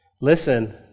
Listen